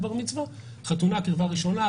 חתונה קרבה ראשונה,